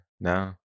now